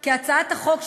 כי הצעת החוק,